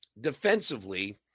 defensively